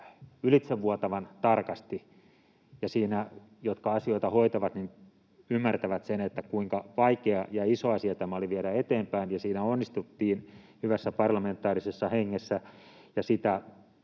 ylitsevuotavan tarkasti ja ne, jotka asioita hoitavat, ymmärtävät sen, kuinka vaikea ja iso asia tämä oli viedä eteenpäin. Siinä onnistuttiin hyvässä parlamentaarisessa hengessä,